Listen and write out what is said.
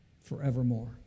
forevermore